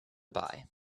buy